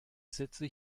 sätze